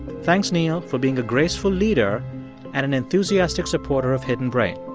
thanks, neal, for being a graceful leader and an enthusiastic supporter of hidden brain.